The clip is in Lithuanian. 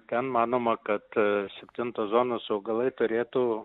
ten manoma kad septintos zonos augalai turėtų